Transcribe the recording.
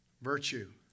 virtue